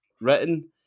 written